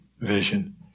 vision